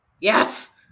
Yes